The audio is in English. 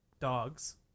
Dogs